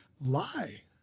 lie